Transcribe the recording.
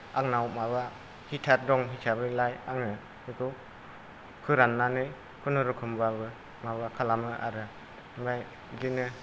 आंनाव माबा हितार दं हिसाबैलाय आङो बेखौ फोरान्नानै खुनुरुखमबाबो माबा खालामो आरो ओमफाय बिदिनो